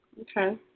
Okay